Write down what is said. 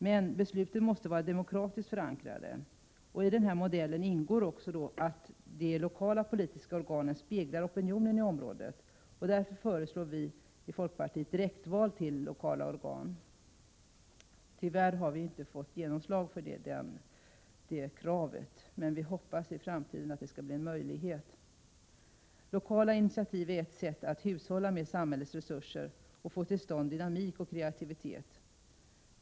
Men besluten måste vara demokratiskt förankrade. I den här modellen ingår också att de lokala politiska organen speglar opinionen i området. Därför föreslår folkpartiet direktval till lokala organ. Tyvärr har vi inte fått gehör för det kravet, men vi hoppas att det i framtiden skall bli möjligt. Lokala initiativ är ett sätt att hushålla med samhällets resurser och få till stånd dynamik och kreativitet.